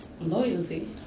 Loyalty